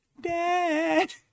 Dad